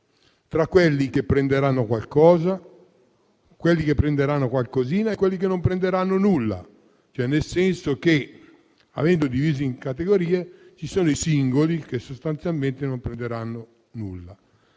quelli che prenderanno qualcosa, quelli che prenderanno qualcosina e quelli che non prenderanno nulla, nel senso che avendoli divisi in categorie, i singoli sostanzialmente non prenderanno nulla.